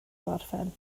gorffen